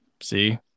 See